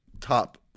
top